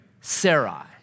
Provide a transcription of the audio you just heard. Sarai